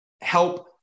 help